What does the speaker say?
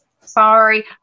sorry